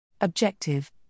Objective